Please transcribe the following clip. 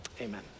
amen